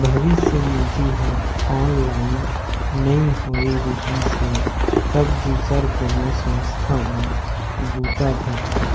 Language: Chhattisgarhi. भविस्य निधि ह ऑनलाइन नइ होए रिहिस हे तब दूसर कोनो संस्था म बूता धरथे